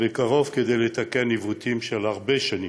ובקרוב יתוקנו עיוותים של הרבה שנים.